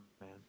man